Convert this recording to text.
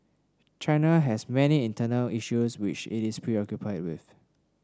China has many internal issues which it is preoccupied with